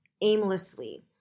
aimlessly